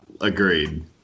agreed